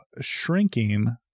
shrinking